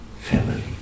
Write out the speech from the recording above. family